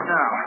Now